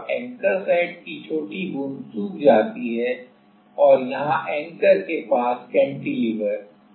अब anchor site की छोटी बूंद सूख जाती है और यहां एंकर के पास कैंटिलीवर बहुत कठोर है